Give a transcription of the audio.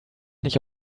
nicht